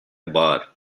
bar